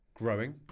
growing